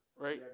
right